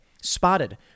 spotted